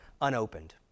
unopened